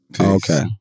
Okay